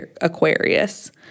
Aquarius